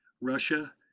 Russia